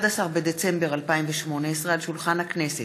11 בדצמבר 2018, על שולחן הכנסת,